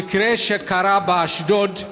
המקרה שקרה באשדוד,